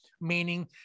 meaning